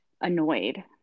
annoyed